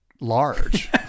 large